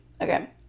Okay